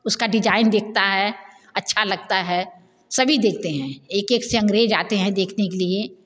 उसका डिजाइन देखता है अच्छा लगता है सभी देखते हैं एक एक से अंग्रेज़ आते हैं देखने के लिए